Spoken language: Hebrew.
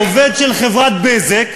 לפני חודשיים, עובד של חברת "בזק"